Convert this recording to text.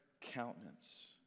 countenance